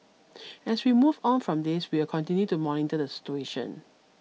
as we move on from this we will continue to monitor the situation